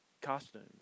costumes